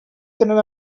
tenen